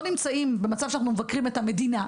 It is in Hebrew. נמצאים במצב שאנחנו מבקרים את המדינה,